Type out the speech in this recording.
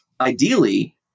ideally